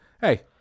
hey